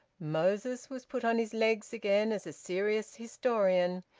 moses was put on his legs again as a serious historian,